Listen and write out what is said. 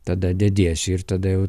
tada dediesi ir tada